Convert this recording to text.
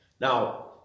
Now